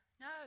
no